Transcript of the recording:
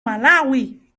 malawi